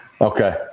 Okay